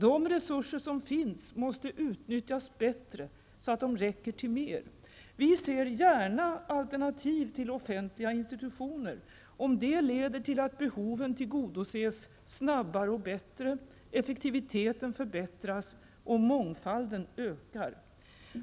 De resurser som finns måste utnyttjas bättre, så att de räcker till mer. Vi ser gärna alternativ till offentliga institutioner, om det leder till att behoven tillgodoses snabbare och bättre, effektiviteten förbättras och mångfalden ökar.